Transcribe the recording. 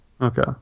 Okay